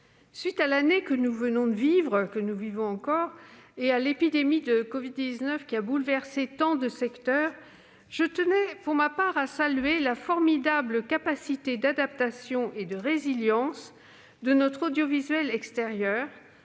suite de l'année que nous venons de vivre et de l'épidémie de covid-19 qui a bouleversé tant de secteurs, je tenais à saluer la formidable capacité d'adaptation et de résilience de notre audiovisuel extérieur,